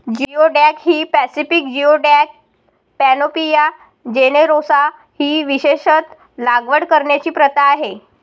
geoduck ही Pacific geoduck, Panopea generosa ही विशेषत लागवड करण्याची प्रथा आहे